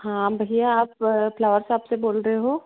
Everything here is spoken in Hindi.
हाँ भैया आप फ्लावर शॉप से बोल रहे हो